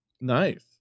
Nice